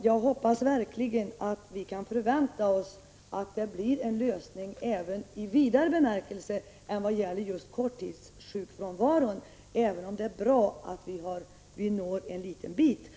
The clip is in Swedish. Jag hoppas verkligen att vi kan förvänta oss en lösning i vidare bemärkelse än vad gäller just korttidssjukfrånvaron, även om det är bra att vi Prot. 1985/86:126 når en liten bit på väg.